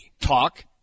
Talk